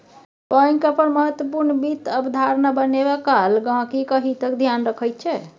bank अपन महत्वपूर्ण वित्त अवधारणा बनेबा काल गहिंकीक हितक ध्यान रखैत छै